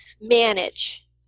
manage